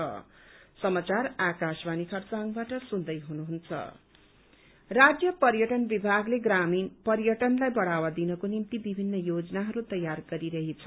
tourism fest राज्य पर्यटन विभागले ग्रामीण पर्यटनलाई बढ़ावा दिनको निम्ति विभिन्न योजनाहरू तयार गरिरहेछ